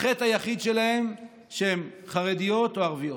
והחטא היחיד שלהן הוא שהן חרדיות או ערביות,